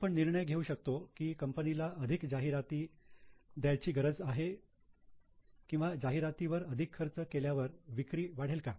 आपण निर्णय घेऊ शकतो की कंपनीला अधिक जाहिराती द्यायची गरज आहे का किंवा जाहिरातींवर अधिक खर्च केल्यावर विक्री वाढेल का